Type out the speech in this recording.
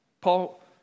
Paul